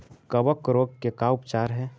कबक रोग के का उपचार है?